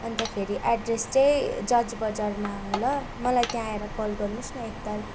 अन्तखेरि एड्रेस चाहिँ जज बजारमा हो ल मलाई त्यहाँ आएर कल गर्नुहोस् न एकताल